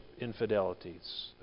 infidelities